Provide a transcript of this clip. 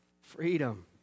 Freedom